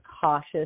cautious